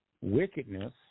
wickedness